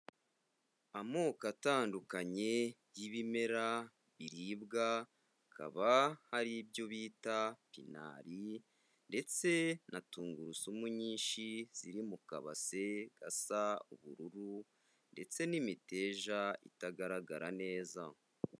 Amoko atandukanye y'ibimera biribwa, hakaba hari ibyo bita pinari ndetse na tungurusumu nyinshi ziri mu kabase gasa ubururu ndetse n'imiteja itagaragara neza.